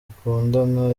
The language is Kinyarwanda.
dukundana